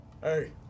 hey